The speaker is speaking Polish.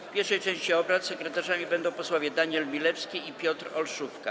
W pierwszej części obrad sekretarzami będą posłowie Daniel Milewski i Piotr Olszówka.